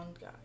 guy